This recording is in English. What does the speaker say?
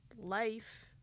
life